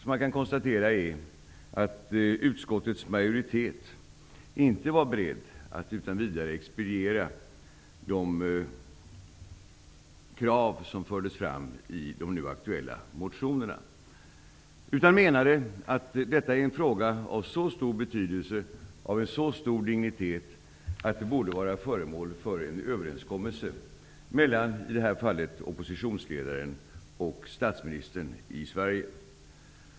Man kan konstatera att utskottets majoritet inte var beredd att utan vidare expediera de krav som fördes fram i de nu aktuella motionerna, utan menade att detta är en fråga av så stor betydelse, av så stor dignitet, att den borde vara föremål för en överenskommelse mellan i detta fall oppositionsledaren och statsministern i Sverige.